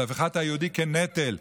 של הפיכת היהודי לנטל,